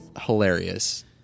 hilarious